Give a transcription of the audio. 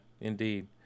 indeed